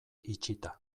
itxita